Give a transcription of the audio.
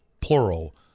plural